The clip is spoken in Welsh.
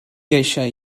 eisiau